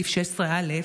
סעיף 16א,